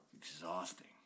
Exhausting